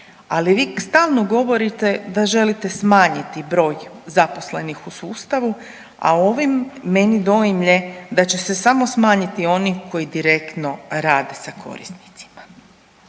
ali vi stalno govorite da želite smanjiti broj zaposlenih u sustavu, a ovim meni doimlje da će se samo smanjiti oni koji direktno rade sa korisnicima.